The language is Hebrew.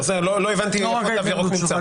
לא הבנתי איפה תו ירוק נמצא.